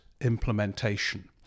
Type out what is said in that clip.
implementation